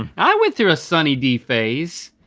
um i went through a sunny d phase.